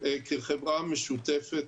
כחברה משותפת,